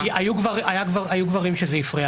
בחיי.